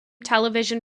television